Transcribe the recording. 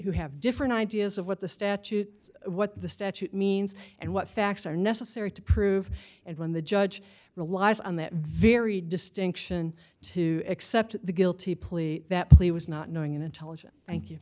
who have different ideas of what the statute is what the statute means and what facts are necessary to prove and when the judge relies on that very distinction to accept the guilty plea that plea was not knowing and intelligent thank you